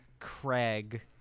Craig